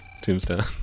Tombstone